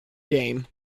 game